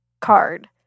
card